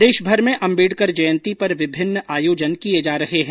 प्रदेशभर में अम्बेडकर जयंती पर विभिन्न आयोजन किए जा रहे हैं